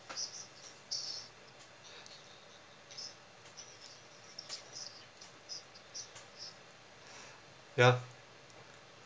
ya